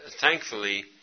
thankfully